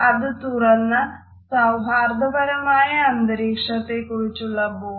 അത് തുറന്ന സൌഹാർദ്ദപരമായ അന്തരീക്ഷത്തെക്കുറിച്ചുള്ള ബോധം ഉളവാക്കുന്നു